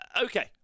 okay